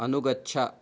अनुगच्छ